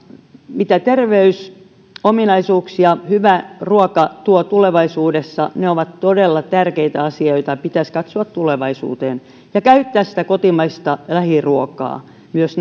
mitä terveysominaisuuksia hyvä ruoka tuo tulevaisuudessa ne ovat todella tärkeitä asioita pitäisi katsoa tulevaisuuteen ja käyttää kotimaista lähiruokaa myös